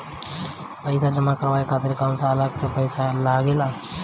पईसा जमा करवाये खातिर कौनो अलग से पईसा लगेला?